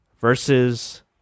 versus